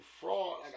fraud